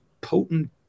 potent